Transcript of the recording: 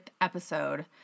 episode